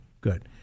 good